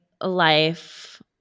life